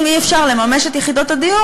אם אי-אפשר לממש את יחידות הדיור,